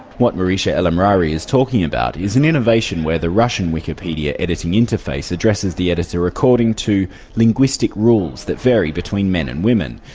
what moushira elamrawy is talking about is an innovation where the russian wikipedia editing interface addresses the editor according to linguistic rules that vary between men and women.